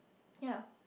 ya